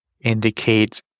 indicates